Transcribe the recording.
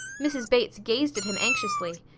mrs. bates gazed at him anxiously.